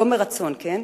לא מרצון, כן?